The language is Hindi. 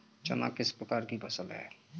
चना किस प्रकार की फसल है?